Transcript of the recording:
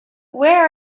where